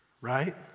right